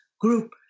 group